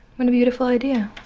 what a beautiful idea.